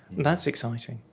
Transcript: and that's exciting.